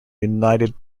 united